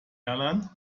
airline